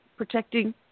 protecting